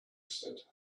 said